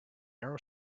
narrow